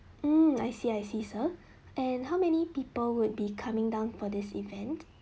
mm I see I see sir and how many people would be coming down for this event